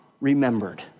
remembered